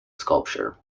sculpture